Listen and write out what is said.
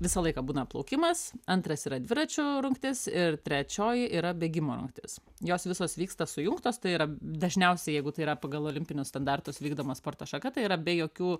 visą laiką būna plaukimas antras yra dviračių rungtis ir trečioji yra bėgimo rungtis jos visos vyksta sujungtos tai yra dažniausiai jeigu tai yra pagal olimpinius standartus vykdoma sporto šaka tai yra be jokių